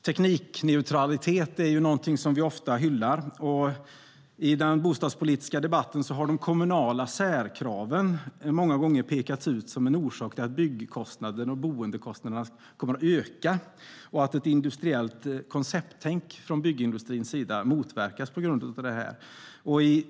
Teknikneutralitet är något vi ofta hyllar, och i den bostadspolitiska debatten har de kommunala särkraven många gånger pekats ut som en orsak till att bygg och boendekostnaderna kommer att öka och att ett industriellt koncepttänk från byggindustrins sida motverkas på grund av detta.